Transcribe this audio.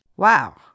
Wow